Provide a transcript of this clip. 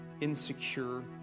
insecure